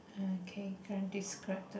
okay then described